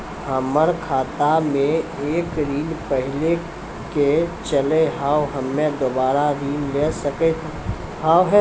हमर खाता मे एक ऋण पहले के चले हाव हम्मे दोबारा ऋण ले सके हाव हे?